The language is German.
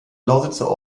lausitzer